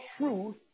truth